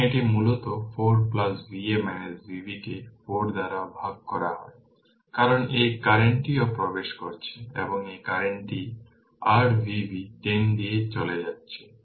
সুতরাং এটি মূলত 4Va Vb কে 4 দ্বারা ভাগ করা হয় কারণ এই কারেন্টটিও প্রবেশ করছে এবং এই কারেন্টটি r Vb 10 দিয়ে চলে যাচ্ছে